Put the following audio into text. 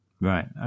Right